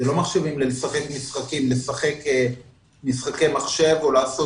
אלה לא מחשבים לשחק משחקי מחשב או לעשות